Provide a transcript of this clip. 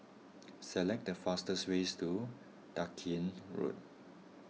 select the fastest way to Dalkeith Road